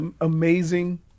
amazing